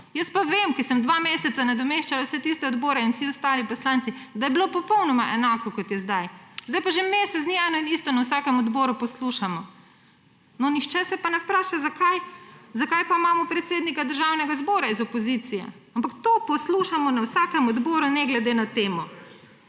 Jaz pa vem, ker sem dva meseca nadomeščala vse tiste odbore in vsi ostali poslanci, da je bilo popolnoma enako, kot je sedaj. Sedaj pa že mesec dni eno in isto na vsakem odboru poslušamo. Nihče se pa ne vpraša, zakaj pa imamo predsednika Državnega zbora iz opozicije? Ampak to poslušamo na vsakem odboru, ne glede na temo.